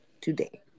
today